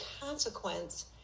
consequence